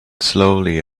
slowly